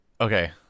okay